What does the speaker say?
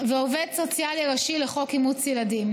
ועובד סוציאלי ראשי לחוק אימוץ ילדים.